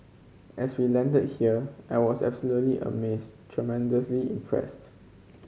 as we landed here I was absolutely amazed tremendously impressed